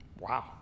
Wow